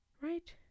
right